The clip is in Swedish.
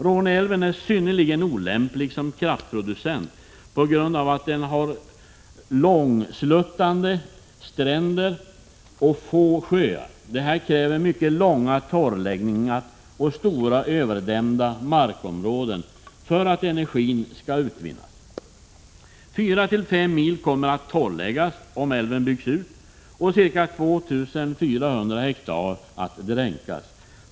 Råne älv är synnerligen olämplig som kraftproducent på grund av att den har långsluttande stränder och få sjöar. Det krävs mycket av många torrläggningar och stora överdämda markområden för att energi skall kunna utvinnas. 4-5 mil kommer att torrläggas och ca 2 400 hektar att dränkas, om älven byggs ut.